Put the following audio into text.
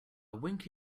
wink